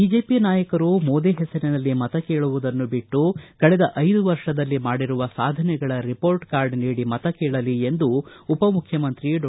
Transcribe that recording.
BJP ನಾಯಕರು ಮೋದಿ ಹೆಸರಿನಲ್ಲಿ ಮತ ಕೇಳುವುದನ್ನು ಬಿಟ್ಟು ಕಳೆದ ಐದು ವರ್ಷದಲ್ಲಿ ಮಾಡಿರುವ ಸಾಧನೆಗಳ ರಿಪೋರ್ಟ್ ಕಾರ್ಡ್ ನೀಡಿ ಮತ ಕೇಳಲಿ ಎಂದು ಉಪಮುಖ್ಯಮಂತ್ರಿ ಡಾ